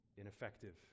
ineffective